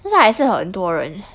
但是还是很多人